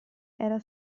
era